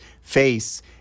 face